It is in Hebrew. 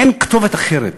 אין כתובת אחרת